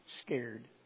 scared